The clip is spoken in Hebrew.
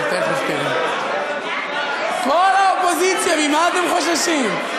כל האופוזיציה, ממה אתם חוששים?